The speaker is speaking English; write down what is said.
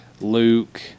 Luke